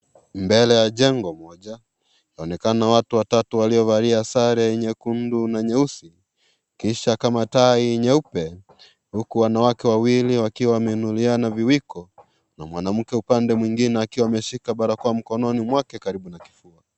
Mbele ya jengo moja, inaonekana watu watatu waliovalia sare nyekundu na nyeusi, kisha kama tai nyeupe, huku wanawake wawili wakiwa wameinuliana viwiko na mwanamke upande mwingine akiwa ameshika barakoa mkononi mwake karibu na kifua.